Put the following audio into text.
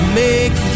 make